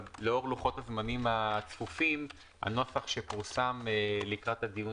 אבל לאור לוחות הזמנים הצפופים הנוסח שפורסם לקראת הדיון